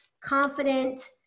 confident